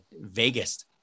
Vegas